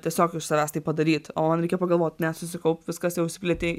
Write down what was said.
tiesiog iš savęs tai padaryt o man reikia pagalvot ne susikaupk viskas jau išsiplėtei